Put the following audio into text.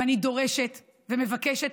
דורשת ומבקשת,